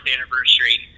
anniversary